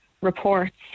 reports